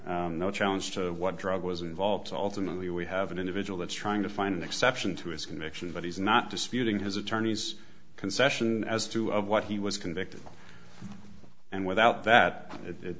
here no challenge to what drug was involved alternately we have an individual that's trying to find an exception to his conviction but he's not disputing his attorney's concession as to what he was convicted and without that it